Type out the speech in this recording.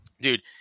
dude